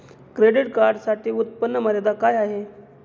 Credit कार्डसाठी उत्त्पन्न मर्यादा काय आहे?